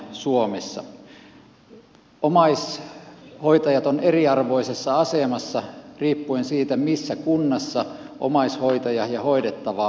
omaishoitajat ovat eriarvoisessa asemassa riippuen siitä missä kunnassa omaishoitaja ja hoidettava asuvat